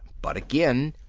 but, again,